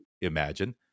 imagine